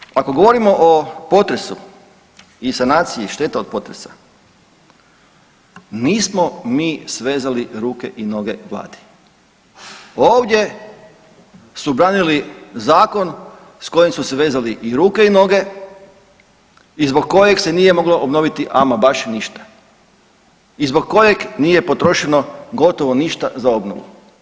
Nadalje, ako govorimo o potresu i sanaciji šteta od potresa, nismo mi svezali ruke i noge vladi, ovdje su branili zakon s kojim su si vezali i ruke i noge i zbog kojeg se nije moglo obnoviti ama baš ništa i zbog kojeg nije potrošeno gotovo ništa za obnovu.